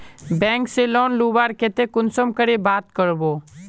Bank से loan लुबार केते कुंसम करे बात करबो?